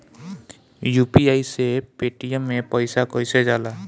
UPI से Paytm मे पैसा कइसे जाला?